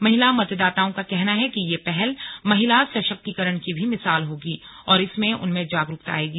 महिला मतदाताओं का कहना है कि यह पहल महिला सशक्तिकरण की भी मिसाल होगी और इससे उनमें जागरूकता आयेगी